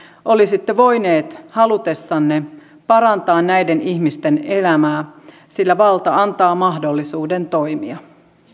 olisitte voineet halutessanne parantaa näiden ihmisten elämää sillä valta antaa mahdollisuuden toimia